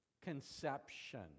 conception